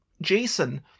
jason